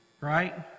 right